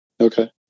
Okay